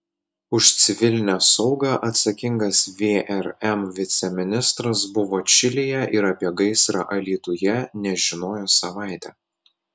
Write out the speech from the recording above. už civilinę saugą atsakingas vrm viceministras buvo čilėje ir apie gaisrą alytuje nežinojo savaitę